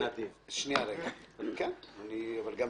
וזה נדיר.